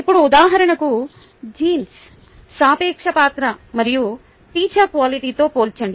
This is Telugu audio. ఇప్పుడు ఉదాహరణకు జీన్స్ సాపేక్ష పాత్ర మరియు టీచర్ క్వాలిటితో పోల్చండి